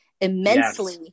immensely